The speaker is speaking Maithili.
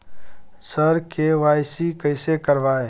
सर के.वाई.सी कैसे करवाएं